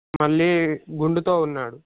మళ్ళీ గుండుతో ఉన్నాడు